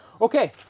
Okay